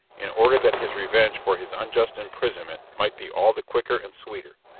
in order that his revenge for his unjust imprisonment might be all the quicker and sweeter.